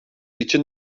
için